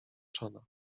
czona